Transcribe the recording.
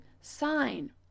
sign